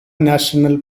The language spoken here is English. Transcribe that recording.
national